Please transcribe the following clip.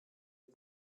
der